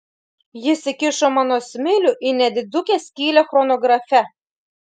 jis įkišo mano smilių į nedidukę skylę chronografe